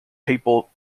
papal